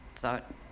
thought